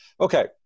Okay